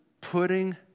putting